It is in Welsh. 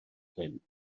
llyn